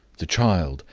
the child,